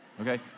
Okay